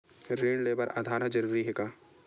ऋण ले बर आधार ह जरूरी हे का?